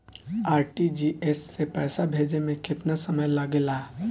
RTGS से पैसा भेजे में केतना समय लगे ला?